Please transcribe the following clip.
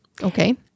Okay